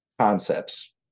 concepts